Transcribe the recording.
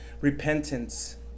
repentance